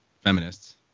feminists